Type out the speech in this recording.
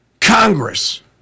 Congress